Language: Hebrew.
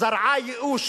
זרעה ייאוש